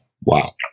Wow